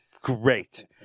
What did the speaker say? great